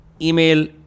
Email